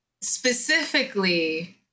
specifically